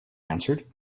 answered